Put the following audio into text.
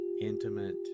intimate